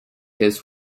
his